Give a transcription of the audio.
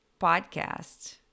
podcast